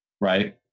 right